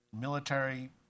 military